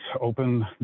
open